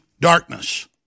darkness